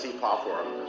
platform